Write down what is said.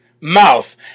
mouth